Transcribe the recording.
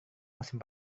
musim